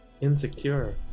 Insecure